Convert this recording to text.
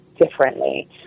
differently